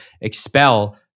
expel